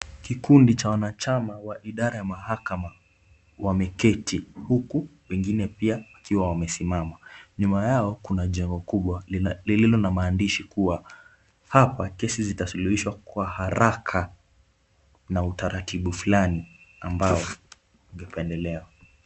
Kikundi cha wanachama wa idara ya mahakama wameketi huku wengine pia wakiwa wamesimama. Nyuma yao kuna jengo kubwa lililo na maandishi kuwa hapa kesi zitasuluhishwa kwa haraka na utaratibu fulani ambao ungependelewa.